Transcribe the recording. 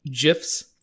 GIFs